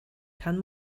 kann